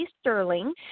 Sterling